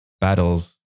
battles